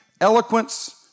eloquence